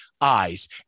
eyes